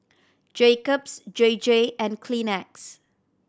Jacob's J J and Kleenex